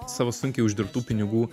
savo sunkiai uždirbtų pinigų